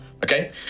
Okay